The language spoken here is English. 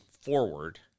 forward